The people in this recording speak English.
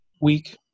week